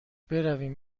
برویم